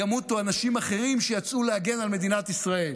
ימותו אנשים אחרים שיצאו להגן על מדינת ישראל,